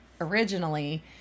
originally